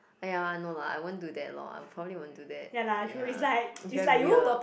!aiya! I know lah I won't do that lor I probably won't do that ya it's very weird